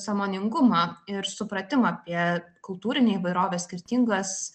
sąmoningumą ir supratimą apie kultūrinę įvairovę skirtingas